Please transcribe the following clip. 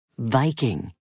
Viking